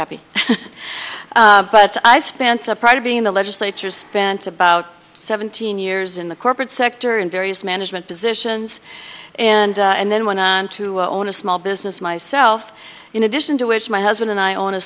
happy but i spent a part of being in the legislature spent about seventeen years in the corporate sector in various management positions and and then went on to own a small business myself in addition to which my husband and i own a